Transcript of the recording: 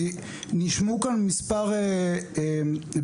כי נשמעו כאן מספר ביקורות,